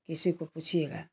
किसी को पूछिएगा